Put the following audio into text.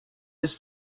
was